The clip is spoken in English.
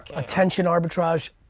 attention arbitrage,